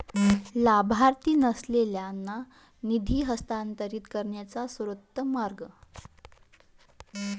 लाभार्थी नसलेल्यांना निधी हस्तांतरित करण्याचा सर्वोत्तम मार्ग